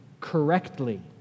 correctly